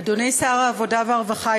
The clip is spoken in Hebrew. אדוני שר העבודה והרווחה,